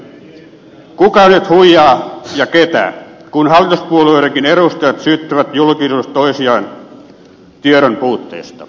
kuka nyt huijaa ja ketä kun hallituspuolueidenkin edustajat syyttävät julkisuudessa toisiaan tiedon puutteesta